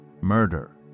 murder